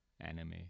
anime